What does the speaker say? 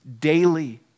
daily